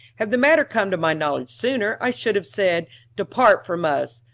had the matter come to my knowledge sooner, i should have said depart from us,